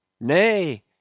Nay